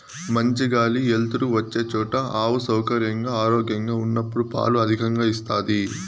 మంచి గాలి ఎలుతురు వచ్చే చోట ఆవు సౌకర్యంగా, ఆరోగ్యంగా ఉన్నప్పుడు పాలు అధికంగా ఇస్తాది